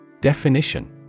Definition